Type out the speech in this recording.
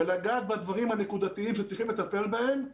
ולגעת בדברים הנקודתיים שצריכים לטפל בהם,